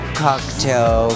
cocktail